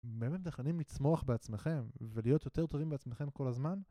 באמת מתכננים לצמוח בעצמכם ולהיות יותר טובים בעצמכם כל הזמן?